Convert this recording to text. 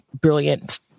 brilliant